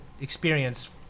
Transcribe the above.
experience